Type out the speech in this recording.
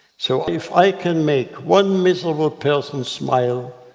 so if i can make one miserable person smile,